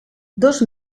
dos